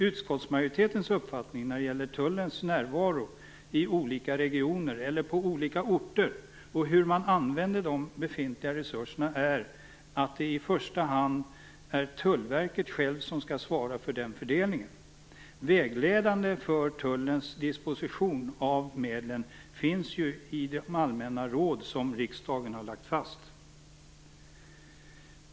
Utskottsmajoritetens uppfattning när det gäller tullens närvaro i olika regioner eller på olika orter och hur man använder de befintliga resurserna är att det i första hand är Tullverket självt som skall svara för den fördelningen. Vägledning för tullens disposition av medlen finns i de allmänna råd som riksdagen har lagt fast.